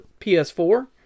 ps4